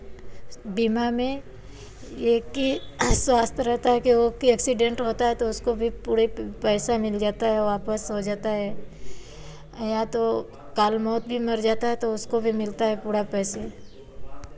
बीमा में एक ही स्वास्थ रहता है कि वह कि एक्सीडेंट होता है तो उसको भी पूरे पैसा मिल जाता है वापस हो जाता है या तो कल मौत भी मर जाता है तो उसको भी मिलता है पूरा पैसे